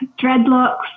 dreadlocks